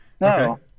No